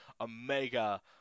Omega